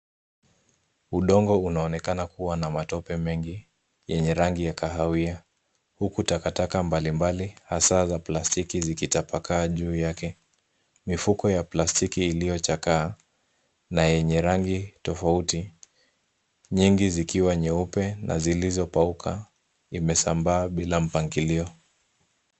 Udongo unaonekana kuwa na matope mengi yenye rangi ya kahawia huku takataka mbalimbali hasa za plastiki zikitapakaa juu yake. Mifuko ya plastiki iliyochakaa na yenye rangi tofauti, nyingi zikiwa nyeupe na zilizopauka imesambaa bila mpangilio.